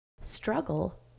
struggle